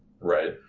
Right